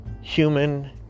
human